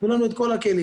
תנו לנו את כל הכלים.